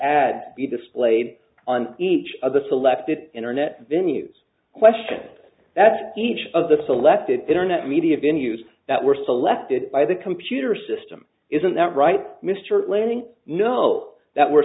be displayed on each of the selected internet venue's questions that each of the selected internet media been used that were selected by the computer system isn't that right mr laning no that were